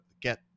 get